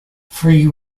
free